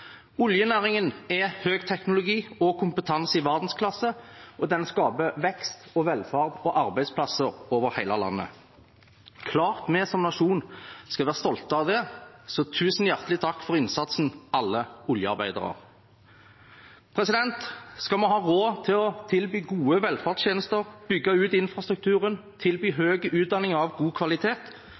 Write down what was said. Oljenæringen er høyteknologi og kompetanse i verdensklasse, og den skaper vekst, velferd og arbeidsplasser over hele landet. Klart vi som nasjon skal være stolt av det, så tusen hjertelig takk for innsatsen, alle oljearbeidere! Skal vi ha råd til å tilby gode velferdstjenester, bygge ut infrastrukturen, tilby høy utdanning av god kvalitet,